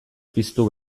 piztu